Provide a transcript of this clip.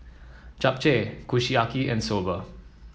Japchae Kushiyaki and Soba